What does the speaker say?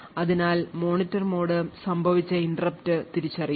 അതിനാൽ monitor mode സംഭവിച്ച interrupt തിരിച്ചറിയും